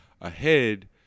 ahead